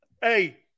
Hey